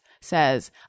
says